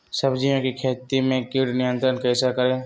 सब्जियों की खेती में कीट नियंत्रण कैसे करें?